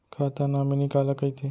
खाता नॉमिनी काला कइथे?